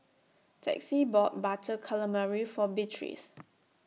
Texie bought Butter Calamari For Beatriz